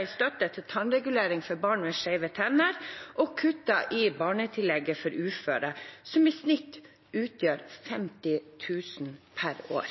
i støtte til tannregulering for barn med skjeve tenner og kuttet i barnetillegget for uføre, som i snitt utgjør 50 000 per år.